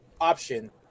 option